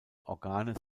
organe